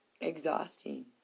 exhausting